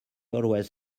always